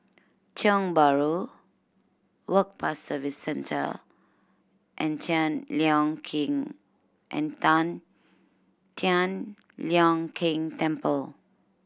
Tiong Bahru Work Pass Service Centre and Tian Leong Keng and Tan Tian Leong Keng Temple